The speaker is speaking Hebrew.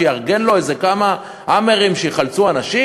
שיארגן לו איזה כמה "האמרים" שיחלצו אנשים?